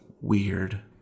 weird